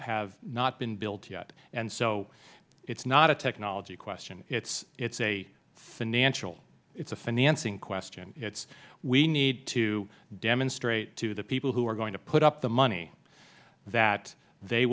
have not been built yet and so it is not a technology question it is a financial it is a financing question we need to demonstrate to the people who are going to put up the money that they